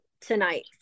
tonight